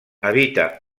habita